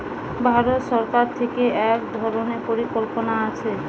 ভারত সরকার থিকে এক ধরণের পরিকল্পনা আছে